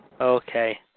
Okay